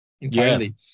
entirely